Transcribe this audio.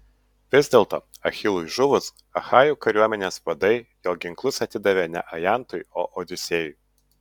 vis dėlto achilui žuvus achajų kariuomenės vadai jo ginklus atidavė ne ajantui o odisėjui